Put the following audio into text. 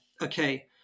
Okay